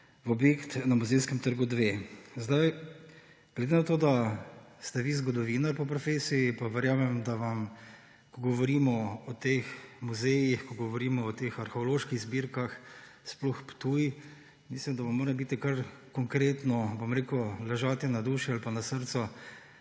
v objekt na Muzejskem trgu 2. Glede na to, da ste vi zgodovinar po profesiji, pa verjamem, da ko govorimo o teh muzejih, ko govorimo o teh arheoloških zbirkah, sploh o Ptuju, da vam mora kar konkretno ležati na duši ali pa na srcu,